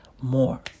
more